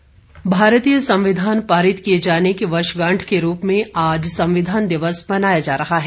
संविधान दिवस भारतीय संविधान पारित किए जाने की वर्षगांठ के रूप में आज संविधान दिवस मनाया जा रहा है